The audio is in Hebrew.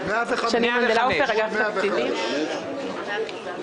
פנייה 133 אושרה.